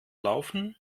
laufen